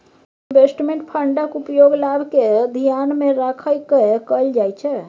investment फंडक उपयोग लाभ केँ धियान मे राइख कय कअल जाइ छै